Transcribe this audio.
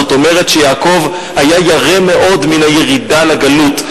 זאת אומרת שיעקב היה ירא מאוד מן הירידה לגלות.